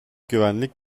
güvenlik